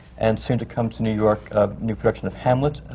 and soon to come to new york, a new production of hamlet,